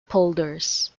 polders